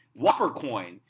Whoppercoin